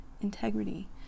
integrity